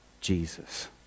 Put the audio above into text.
Jesus